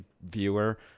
viewer